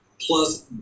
plus